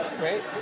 right